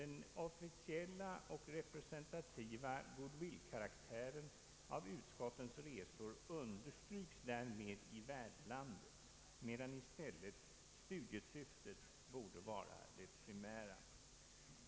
Den officiella och representativa goodwillkaraktären av utskottens resor understryks därmed i värdlandet, medan i stället studiesyftet borde vara det primära.